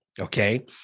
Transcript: okay